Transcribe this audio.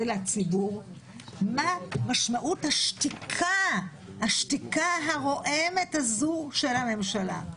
ולציבור מה משמעות השתיקה הרועמת הזאת של הממשלה.